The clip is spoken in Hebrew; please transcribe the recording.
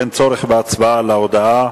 אין צורך בהצבעה על ההודעה.